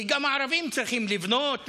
כי גם הערבים צריכים לבנות,